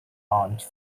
lounge